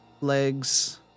legs